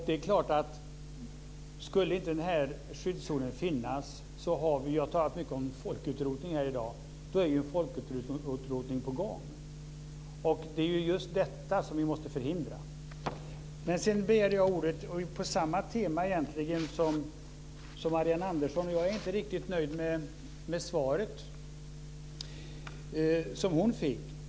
Det är klart, skulle inte den här skyddszonen finnas - vi har pratat mycket om folkutrotning här i dag - är det en folkutrotning på gång. Det är just detta som vi måste förhindra. Sedan begärde jag också ordet för att gå vidare på samma tema som Marianne Andersson egentligen. Jag är inte riktigt nöjd med det svar som hon fick.